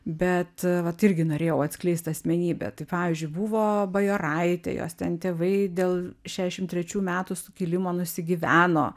bet vat irgi norėjau atskleist asmenybę tai pavyzdžiui buvo bajoraitė jos ten tėvai dėl šeašim trečių metų sukilimo nusigyveno